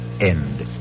end